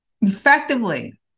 effectively